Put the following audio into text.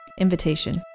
invitation